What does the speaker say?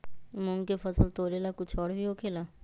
मूंग के फसल तोरेला कुछ और भी होखेला?